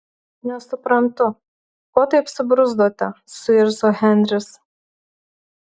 nesuprantu ko taip subruzdote suirzo henris